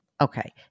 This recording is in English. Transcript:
Okay